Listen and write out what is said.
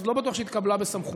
אז לא בטוח שהיא התקבלה בסמכות.